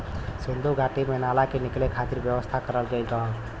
सिन्धु घाटी में नाला के निकले खातिर व्यवस्था करल गयल रहल